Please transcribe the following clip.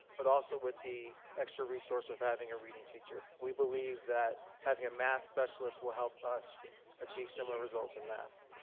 but also with the extra resource of having a reading teacher. we believe that having a math specialist will help us achieve similar results in math.